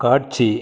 காட்சி